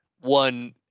one